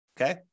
okay